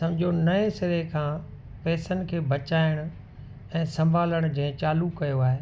सम्झो नएं सिरे खां पैसनि खे बचाइणु ऐं संभालणु जंहिं चालू कयो आहे